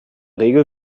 regel